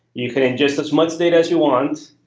you can ingest as much data as you want.